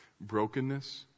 Brokenness